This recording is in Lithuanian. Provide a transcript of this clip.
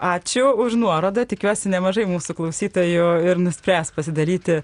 ačiū už nuorodą tikiuosi nemažai mūsų klausytojų ir nuspręs pasidaryti